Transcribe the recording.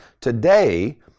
today